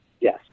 Yes